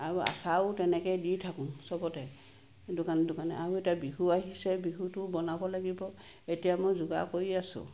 আৰু আচাৰো তেনেকৈ দি থাকো চবতে দোকানে দোকানে আৰু এতিয়া বিহু আহিছে বিহুতো বনাব লাগিব এতিয়া মই যোগাৰ কৰি আছো